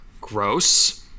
Gross